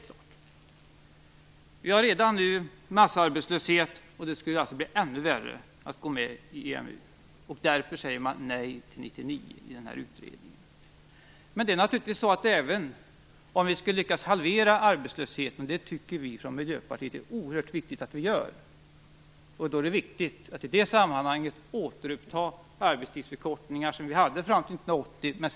Vi har redan nu massarbetslöshet och det skulle alltså bli ännu värre om vi gick med i EMU. Därför säger utredningen nej till att gå med 1999. Även om vi skulle lyckas att halvera arbetslösheten, vilket vi från Miljöpatiet tycker är oerhört angeläget, är det viktigt att den arbetstidsförkortning som vi hade fram till 1980 återupptas.